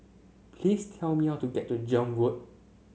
please tell me how to get to Zion Road